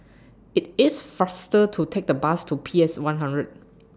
IT IS faster to Take The Bus to P S one hundred